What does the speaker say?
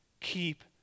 Keep